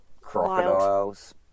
Crocodiles